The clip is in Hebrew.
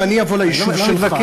אם אני אבוא ליישוב שלך,